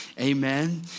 amen